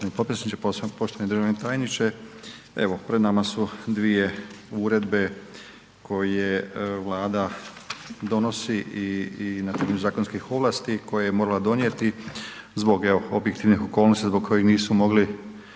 potpredsjedniče, poštovani državni tajniče evo pred nama su dvije uredbe koje Vlada donosi i na temelju zakonskih ovlasti koje je morala donijeti zbog evo objektivnih okolnosti zbog kojih nisu mogli